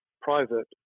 private